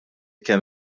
kemm